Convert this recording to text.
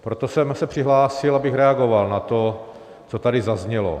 Proto jsem se přihlásil, abych reagoval na to, co tady zaznělo.